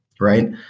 right